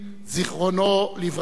זיכרונו לברכה.